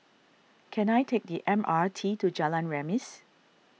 can I take the M R T to Jalan Remis